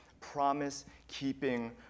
promise-keeping